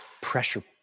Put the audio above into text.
pressure